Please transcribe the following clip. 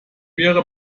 wäre